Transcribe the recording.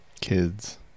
kids